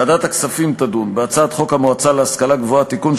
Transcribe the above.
ועדת הכספים תדון בהצעת חוק המועצה להשכלה גבוהה (תיקון,